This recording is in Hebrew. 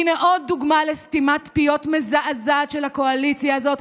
הינה עוד דוגמה לסתימת פיות מזעזעת של הקואליציה הזאת.